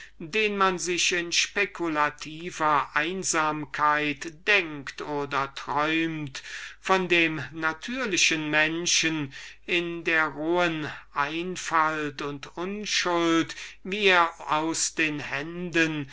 welchen man sich in einer spekulativen einsamkeit erträumt dem natürlichen menschen in der rohen einfalt und unschuld wie er aus den händen